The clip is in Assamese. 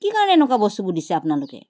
কি কাৰণে এনেকুৱা বস্তুবোৰ দিছে আপোনালোকে